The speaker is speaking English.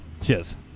cheers